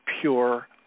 pure